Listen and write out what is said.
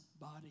body